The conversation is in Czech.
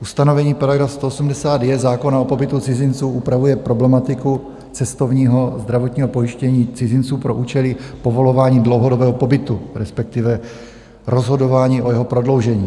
Ustanovení § 180j zákona o pobytu cizinců upravuje problematiku cestovního zdravotního pojištění cizinců pro účely povolování dlouhodobého pobytu, respektive rozhodování o jeho prodloužení.